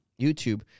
YouTube